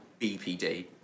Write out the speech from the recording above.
BPD